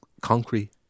concrete